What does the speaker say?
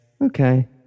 Okay